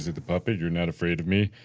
the the puppet, you're not afraid of me?